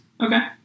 Okay